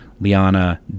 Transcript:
Liana